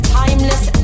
timeless